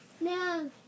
No